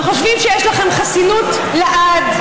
וחושבים שיש לכם חסינות לעד,